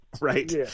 right